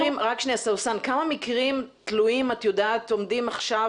כמה מקרים את יודעת שעומדים עכשיו